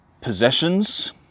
Possessions